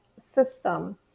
system